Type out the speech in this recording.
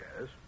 Yes